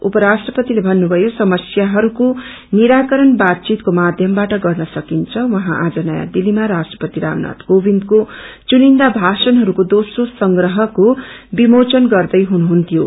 उपराष्ट्रपतिले भन्नुभयो समस्याहरूको निराकरण बातचितको माध्यमबाट गरिन सक्तछं उहाँ आज नयाँ दिल्लीमा राष्ट्रपति रामनाथ कोविन्दको चुनिन्दा भाषणहरूको दोघ्रो संग्रहको विमोचन गरिरहेको थियो